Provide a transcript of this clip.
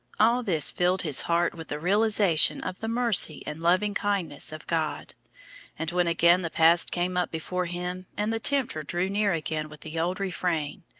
all this filled his heart with the realization of the mercy and loving-kindness of god and when again the past came up before him, and the tempter drew near again with the old refrain,